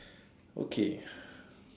okay